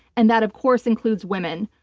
and that of course includes women.